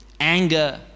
anger